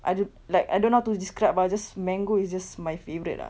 I don~ like I don't know how to describe but just mango is just my favorite lah